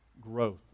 growth